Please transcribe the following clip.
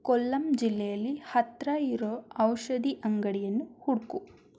ಕೊಲ್ಲಂ ಜಿಲ್ಲೆಯಲ್ಲಿ ಹತ್ತಿರ ಇರೋ ಔಷಧಿ ಅಂಗಡಿಯನ್ನು ಹುಡುಕು